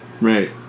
right